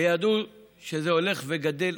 ידעו שזה הולך וגדל,